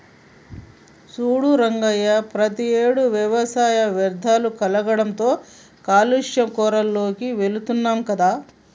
సూడు రంగయ్య ప్రతియేడు వ్యవసాయ వ్యర్ధాలు కాల్చడంతో కాలుష్య కోరాల్లోకి వెళుతున్నాం కదా